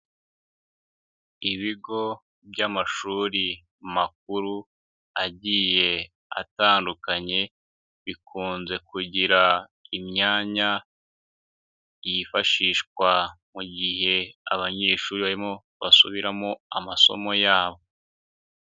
Ibigo by'amashuri makuru agiye atandukanye, bikunze kugira imyanya yifashishwa mu gihe abanyeshuri barimo basubiramo amasomo yabo.